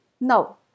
no